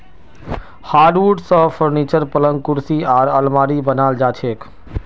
hardwood स furniture, पलंग कुर्सी आर आलमारी बनाल जा छेक